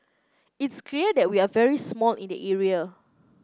it's clear that we are very small in that area